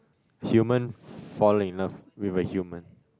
human falling in love with a human